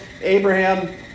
Abraham